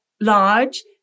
large